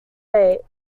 eight